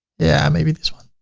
yeah, maybe this one.